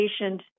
patient